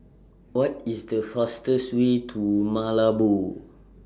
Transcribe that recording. What IS The fastest Way to Malabo